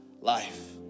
life